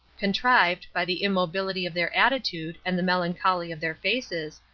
contrived, by the immobility of their attitude and the melancholy of their faces,